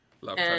Love